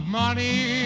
money